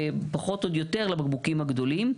ופחות עוד יותר לבקבוקים הגדולים.